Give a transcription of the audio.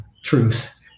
truth